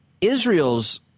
Israel's